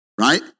Right